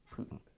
Putin